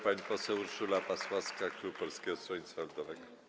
Pani poseł Urszula Pasławska, klub Polskiego Stronnictwa Ludowego.